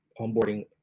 onboarding